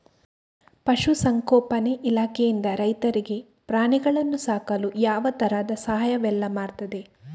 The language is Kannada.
ಪಶುಸಂಗೋಪನೆ ಇಲಾಖೆಯಿಂದ ರೈತರಿಗೆ ಪ್ರಾಣಿಗಳನ್ನು ಸಾಕಲು ಯಾವ ತರದ ಸಹಾಯವೆಲ್ಲ ಮಾಡ್ತದೆ?